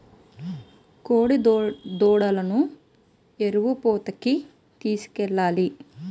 కోడిదూడలను ఎరుపూతకి తీసుకెళ్లాలి